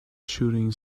shooting